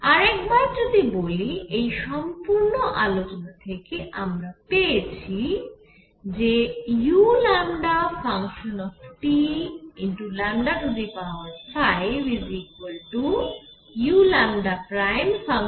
আরেকবার যদি বলি এই সম্পূর্ণ আলোচনা থেকে আমরা পেয়েছি যে u5uλT' 5 সমান একটি ধ্রুবক